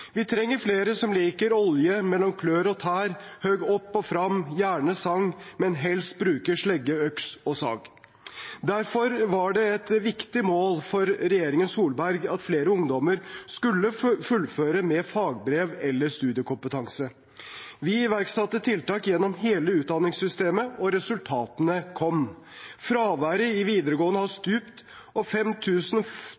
Vi trenger flere som liker «olje mellom klør og tær, høgg opp fram», gjerne sang, men helst «bruker slegge, øks og sag». Derfor var det et viktig mål for regjeringen Solberg at flere ungdommer skulle fullføre med fagbrev eller studiekompetanse. Vi iverksatte tiltak gjennom hele utdanningssystemet, og resultatene kom. Fraværet i videregående har